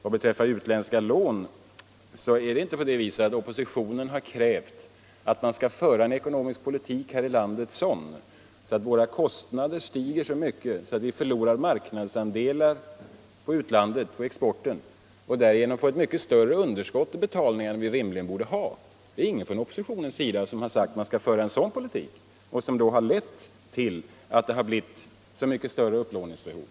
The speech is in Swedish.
Vad beträffar utländska lån så har inte oppositionen krävt att vi här i landet skall föra en sådan ekonomisk politik att våra kostnader stiger så mycket att vi förlorar marknadsandelar i utlandet och därigenom får ett mycket större underskott i betalningsbalansen än vi rimligen borde ha. Det är ingen från oppositionen som har förordat att man skall föra Nr 78 en sådan politik, som ju har lett till så mycket större upplåningsbehov.